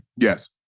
Yes